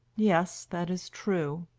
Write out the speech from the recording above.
yes, that is true.